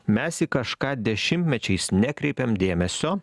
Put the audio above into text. mes į kažką dešimtmečiais nekreipiam dėmesio